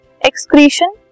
excretion